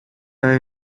eye